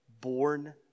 born